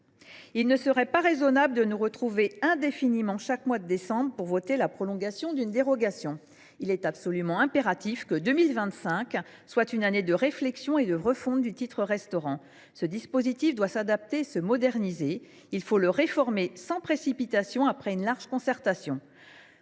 Il ne serait pas raisonnable de nous retrouver indéfiniment chaque mois de décembre pour voter la prolongation de cette dérogation ! Il est absolument impératif que 2025 soit une année de réflexion et de refonte du titre restaurant. Ce dispositif doit être adapté et modernisé ; il faut le réformer sans précipitation, après une large concertation.